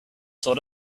sort